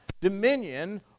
Dominion